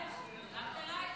אני קודם.